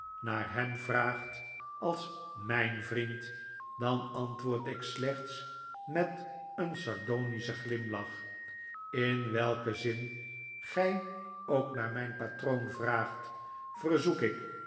naar hem vraagt als rh ij n vriend dan antwoord ik slechts met een sardonischen glimlach in welken zin gij ook naar mijn patroon vraagt verzoek ik